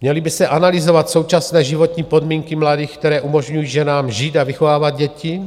Měly by se analyzovat současné životní podmínky mladých, které umožňují ženám žít a vychovávat děti